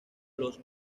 los